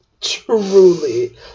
truly